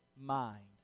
mind